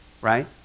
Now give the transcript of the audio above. right